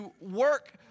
work